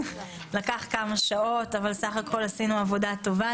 לקח כמה שעות אבל עשינו עבודה טובה,